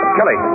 Kelly